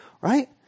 right